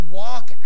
walk